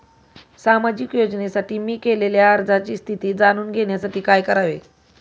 सामाजिक योजनेसाठी मी केलेल्या अर्जाची स्थिती जाणून घेण्यासाठी काय करावे?